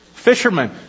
Fishermen